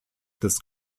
des